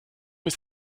ist